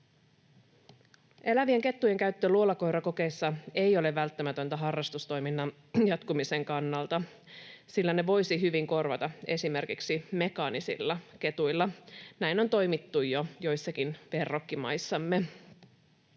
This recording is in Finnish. Elävien kettujen käyttö luolakoirakokeissa ei ole välttämätöntä harrastustoiminnan jatkumisen kannalta, sillä ne voisi hyvin korvata esimerkiksi mekaanisilla ketuilla. Näin on toimittu jo joissakin verrokkimaissamme.